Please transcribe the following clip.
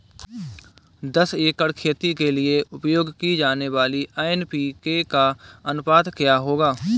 दस एकड़ खेती के लिए उपयोग की जाने वाली एन.पी.के का अनुपात क्या होगा?